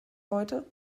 heute